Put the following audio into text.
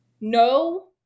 No